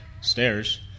stairs